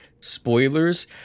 spoilers